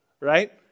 right